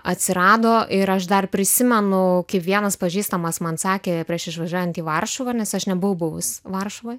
atsirado ir aš dar prisimenu kai vienas pažįstamas man sakė prieš išvažiuojant į varšuvą nes aš nebuvau buvus varšuvoje